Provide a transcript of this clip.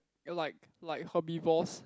like like herbivores